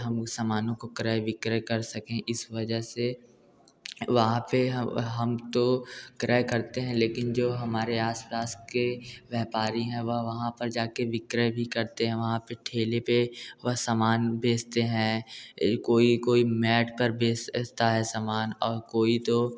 हम उस समानों को क्रय विक्रय कर सकें इस वजह से वहाँ पर हम तो क्रय करते हैं लेकिन जो हमारे आस पास के व्यापारी हैं वह वहाँ पर जा के विक्रय भी करते हैं वहाँ पर ठेले पर वह समान बेचते हैं कोई कोई मैट पर बेचता है समान और कोई तो